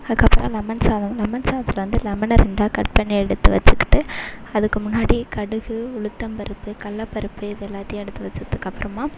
அதுக்கப்புறம் லெமன் சாதம் லெமன் சாதத்தில் வந்து லெமனை ரெண்டாக கட் பண்ணி எடுத்து வச்சுக்கிட்டு அதுக்கு முன்னாடி கடுகு உளுத்தம் பருப்பு கல்லப் பருப்பு இது எல்லாத்தையும் எடுத்து வச்சதுக்கப்புறமா